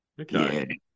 Okay